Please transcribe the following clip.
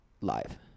live